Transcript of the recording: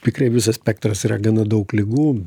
tikrai visas spektras yra gana daug ligų